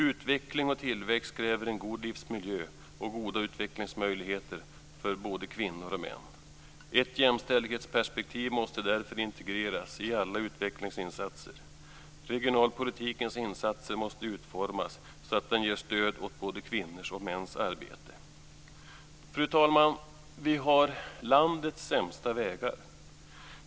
Utveckling och tillväxt kräver en god livsmiljö och goda utvecklingsmöjligheter för både kvinnor och män. Ett jämställdhetsperspektiv måste därför integreras i alla utvecklingsinsatser. Regionalpolitikens insatser måste utformas så att den ger stöd åt både kvinnors och mäns arbete. Fru talman! Vi har landets sämsta vägar.